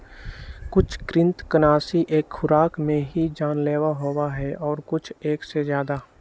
कुछ कृन्तकनाशी एक खुराक में ही जानलेवा होबा हई और कुछ एक से ज्यादा